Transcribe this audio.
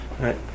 right